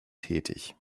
tätig